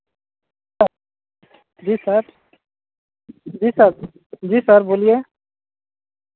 जी sir जी sir जी sir बोलिए